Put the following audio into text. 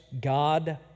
God